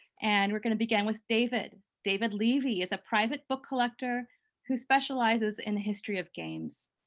and we're going to begin with david. david levy is a private book collector who specializes in the history of games.